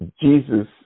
Jesus